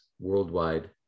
worldwide